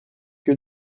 que